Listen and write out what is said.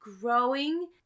growing